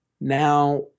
Now